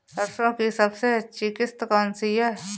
सरसो की सबसे अच्छी किश्त कौन सी है?